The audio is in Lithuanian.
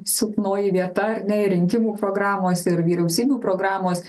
silpnoji vieta ar ne ir rinkimų programos ir vyriausybių programos